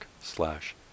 slash